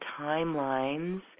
timelines